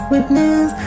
Witness